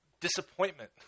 disappointment